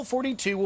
42